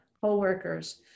Co-workers